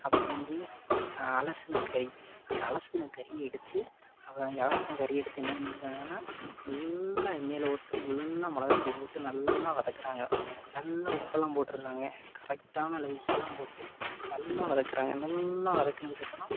அப்புறம் வந்து அலசின கறி அந்த அலசின கறியை எடுத்து அப்போ இங்கே அலசின கறியை எடுத்து என்ன பண்ணியிருக்காங்கன்னா நல்லா எண்ணெயில் போட்டு நல்லா மிளகாப்பொடி போட்டு நல்லா வதக்கிறாங்க நல்லா உப்பெல்லாம் போட்டுகிறாங்க கரெக்டான அளவு உப்பெல்லாம் போட்டு நல்லா வதக்கிறாங்க நல்லா வதக்கினதுக்கு அப்புறம்